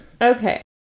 Okay